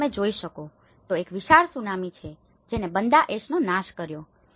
અને તમે જે જોઈ શકો છો તે એક વિશાળ સુનામી છે જેને બંદા એશનો નાશ કર્યો